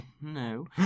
No